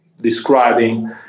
describing